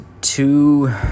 two